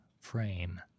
frame